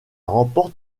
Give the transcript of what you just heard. remporte